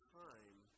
time